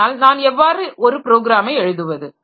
ஆனால் நான் எவ்வாறு ஒரு ப்ரோக்ராமை எழுதுவது